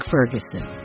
Ferguson